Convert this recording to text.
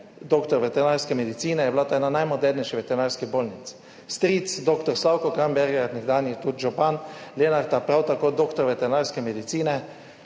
doktor veterinarske medicine, je bila to ena najmodernejših veterinarskih bolnic. Stric doktor Slavko Kramberger, nekdanji tudi župan Lenarta, prav tako doktor veterinarske medicine,